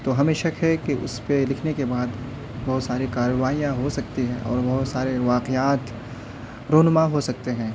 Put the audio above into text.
تو ہمیں شک ہے کہ اس پہ لکھنے کے بعد بہت ساری کاروائیاں ہو سکتی ہیں اور بہت سارے واقعات رونما ہو سکتے ہیں